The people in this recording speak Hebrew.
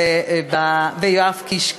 ויואב קיש,